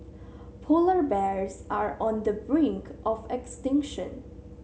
polar bears are on the brink of extinction